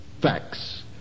facts